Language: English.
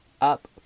up